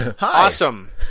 Awesome